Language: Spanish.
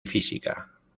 física